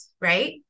right